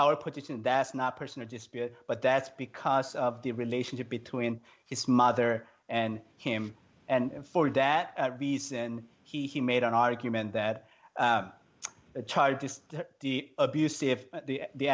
our position that's not personal dispute but that's because of the relationship between his mother and him and for that reason he he made an argument that a child to the abuse if the